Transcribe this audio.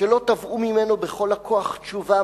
שלא תבעו ממנו בכל הכוח תשובה,